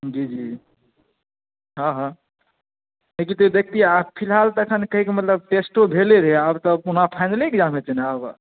जी जी हँ हँ लेकिन तैयो देखतियै फिलहाल एखन कहैके मतलब टेस्टो भेले रहै आब तऽ ओना फाइनले एग्जाम हेतै ने आब